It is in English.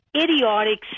idiotic